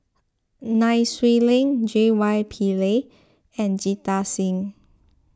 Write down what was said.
Nai Swee Leng J Y Pillay and Jita Singh